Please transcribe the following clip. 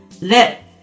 Let